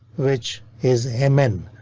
which is a man.